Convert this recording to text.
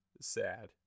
sad